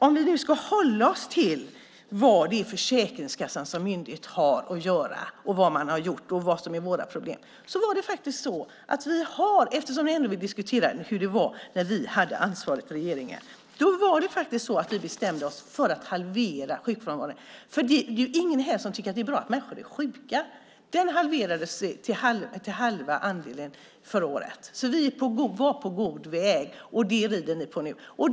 Om vi nu ska hålla oss till vad Försäkringskassan som myndighet har att göra, vad man har gjort och vad som är våra problem så var det faktiskt så - ni vill ju diskutera hur det var när vi hade regeringsansvaret - att vi bestämde oss för att halvera sjukfrånvaron. Det är ju ingen här som tycker att det är bra att människor är sjuka. Den halverades förra året. Vi var på god väg, och det rider ni på nu.